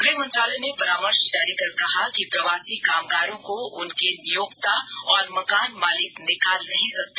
गृह मंत्रालय ने परामर्श जारी कर कहा कि प्रवासी कामगारों को उनके नियोक्ता और मकान मालिक निकाल नहीं सकते